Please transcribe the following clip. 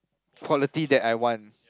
quality that I want